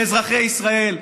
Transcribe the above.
לאזרחי ישראל,